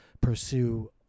pursue